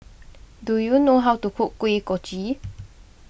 do you know how to cook Kuih Kochi